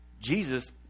jesus